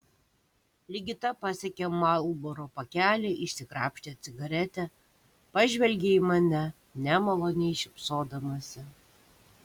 ligita pasiekė marlboro pakelį išsikrapštė cigaretę pažvelgė į mane nemaloniai šypsodamasi